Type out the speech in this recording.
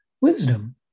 wisdom